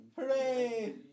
Hooray